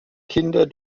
kinder